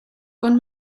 con